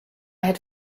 had